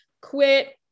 quit